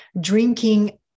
drinking